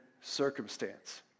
circumstance